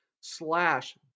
slash